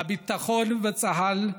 הביטחון וצה"ל,